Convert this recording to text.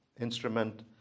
instrument